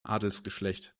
adelsgeschlecht